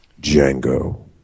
Django